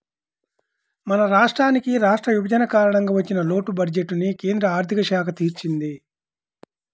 మన రాష్ట్రానికి రాష్ట్ర విభజన కారణంగా వచ్చిన లోటు బడ్జెట్టుని కేంద్ర ఆర్ధిక శాఖ తీర్చింది